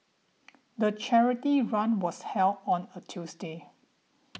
the charity run was held on a Tuesday